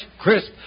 crisp